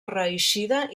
reeixida